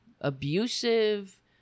abusive